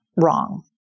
wrong